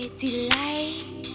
delight